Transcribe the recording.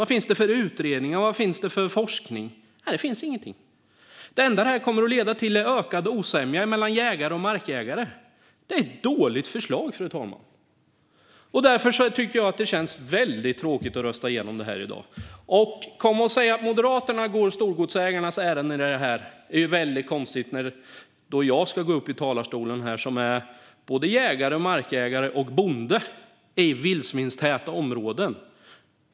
Vad finns det för utredningar, och vad finns det för forskning? Det finns ju ingenting. Det enda detta kommer att leda till är ökad osämja mellan jägare och markägare. Det är ett dåligt förslag, fru talman. Därför tycker jag att det känns väldigt tråkigt att rösta igenom det. Att komma och säga att Moderaterna går storgodsägarnas ärenden i det här är väldigt konstigt när det är jag som går upp i talarstolen. Jag är såväl jägare som markägare och bonde i vildsvinstäta områden.